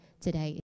today